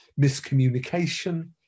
miscommunication